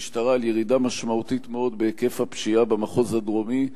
ירידה משמעותית מאוד בהיקף הפשיעה במחוז הדרומי.